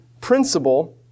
principle